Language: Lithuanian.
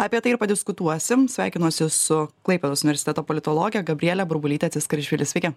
apie tai ir padiskutuosim sveikinuosi su klaipėdos universiteto politologe gabriele burbulyte tsiskarišvili